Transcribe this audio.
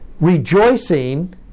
rejoicing